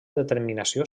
determinació